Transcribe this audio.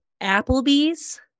Applebee's